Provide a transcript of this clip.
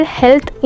health